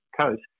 coast